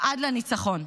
עד לניצחון.